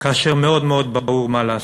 כאשר מאוד ברור מה לעשות.